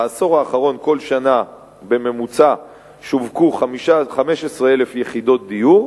בעשור האחרון כל שנה בממוצע שווקו 15,000 יחידות דיור.